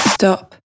stop